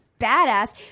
badass